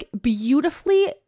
beautifully